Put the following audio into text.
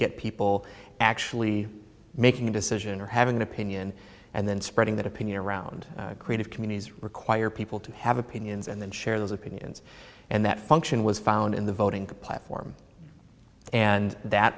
get people actually making a decision or having an opinion and then spreading that opinion around creative communities require people to have opinions and share those opinions and that function was found in the voting platform and that